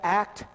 act